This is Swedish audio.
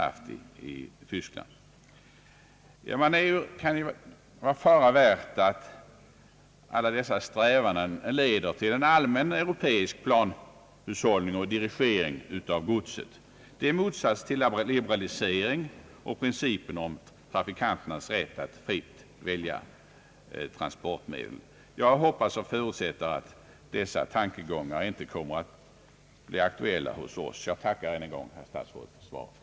Det kan vara fara värt att alla dessa strävanden leder till en allmän europeisk planhushållning och dirigering av godset. Dessa står i stark kontrast till en liberalisering och principen om trafikanternas rätt att fritt välja transportmedel. Jag hoppas och förutsätter att dessa tankegångar inte kommer att bli aktuella för oss. Jag tackar ännu en gång herr statsrådet för svaret.